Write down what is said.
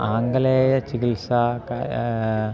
आङ्गलेय चिकित्सा कः